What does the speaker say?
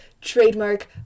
trademark